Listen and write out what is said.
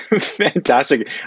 Fantastic